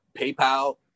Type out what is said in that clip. PayPal